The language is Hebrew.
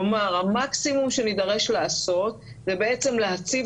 כלומר המקסימום שנידרש לעשות זה בעצם להציב